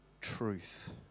truth